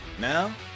Now